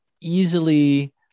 easily